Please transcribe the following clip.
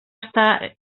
estar